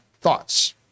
thoughts